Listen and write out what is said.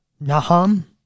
Nahum